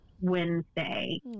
Wednesday